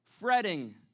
fretting